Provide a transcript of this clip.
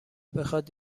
بخواد